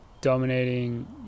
dominating